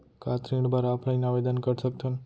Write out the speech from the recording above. का ऋण बर ऑफलाइन आवेदन कर सकथन?